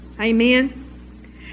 Amen